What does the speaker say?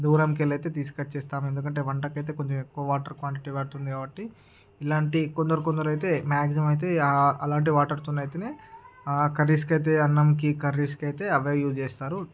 దూరంకెళ్ళైతే తీసుకచ్చి ఇస్తాము ఎందుకంటే వంటకైతే కొంచెం ఎక్కువ వాటర్ క్వాంటిటీ పడుతుంది కాబట్టి ఇలాంటి కొందరు కొందరైతే మాక్సిమం అయితే అలాంటి వాటర్ తోనైతేనే కర్రీస్ కి అయితే అన్నంకి కర్రీస్ కి అయితే అవే యూస్ చేస్తారు